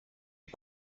des